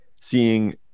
seeing